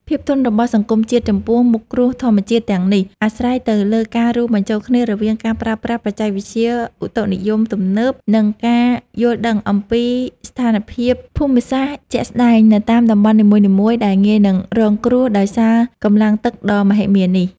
ភាពធន់របស់សង្គមជាតិចំពោះមុខគ្រោះធម្មជាតិទាំងនេះ អាស្រ័យទៅលើការរួមបញ្ចូលគ្នារវាងការប្រើប្រាស់បច្ចេកវិទ្យាឧតុនិយមទំនើប និងការយល់ដឹងអំពីស្ថានភាពភូមិសាស្ត្រជាក់ស្ដែងនៅតាមតំបន់នីមួយៗ ដែលងាយនឹងរងគ្រោះដោយសារកម្លាំងទឹកដ៏មហិមានេះ។